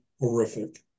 horrific